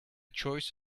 choice